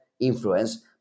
influence